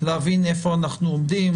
להבין איפה אנחנו עומדים.